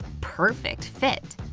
perfect fit!